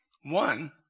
One